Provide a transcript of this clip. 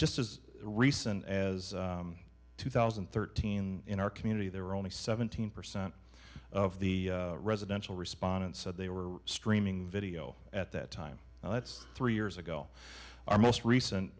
just as recent as two thousand and thirteen in our community there were only seventeen percent of the residential respondents said they were streaming video at that time and that's three years ago our most recent